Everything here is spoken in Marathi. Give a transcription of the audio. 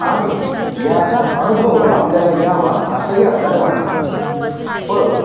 आणि याचा अनुभव आपल्याला यावा असंही आपल्याला वाटत नसतं पण